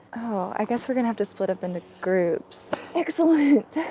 oh, i guess we're gonna have to split up into groups. excellent,